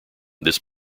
this